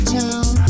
town